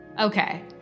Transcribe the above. Okay